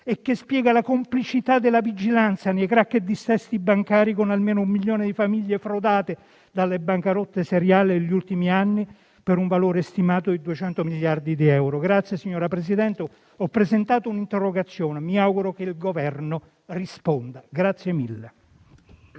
e spiega la complicità della vigilanza nei *crack* e dissesti bancari, con almeno un milione di famiglie frodate dalle bancarotte seriali degli ultimi anni, per un valore stimato di 200 miliardi di euro. Ho presentato sul tema un'interrogazione, cui mi auguro che il Governo risponderà.